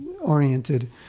oriented